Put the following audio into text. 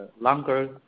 longer